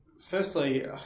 firstly